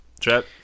chat